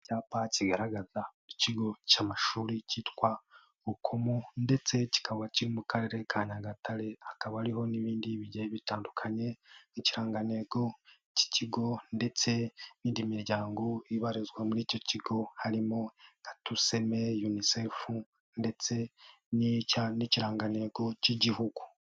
Icyapa kigaragaza ikigo cy'amashuri cyitwa Bukomo ndetse kikaba kiri mu karere ka Nyagatare hakaba ariho n'ibindi bitandukanye nk'ikirangantego cy'ikigo ndetse n'indi miryango ibarizwa muri icyo kigo harimo nka tuseme, UNCEF ndetse n'ikirangantego cy'igihugu.